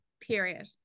period